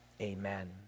amen